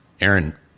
Aaron